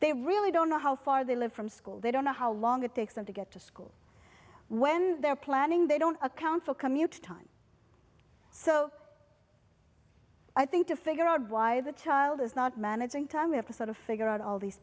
they really don't know how far they live from school they don't know how long it takes them to get to school when they're planning they don't account for commute time so i think to figure out why the child is not managing time we have to sort of figure out all these